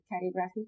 calligraphy